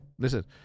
listen